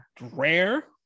rare